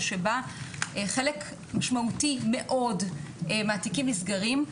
שבה חלק משמעותי מאוד מהתיקים נסגרים.